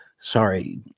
Sorry